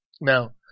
Now